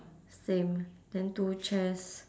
same then two chairs